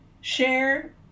share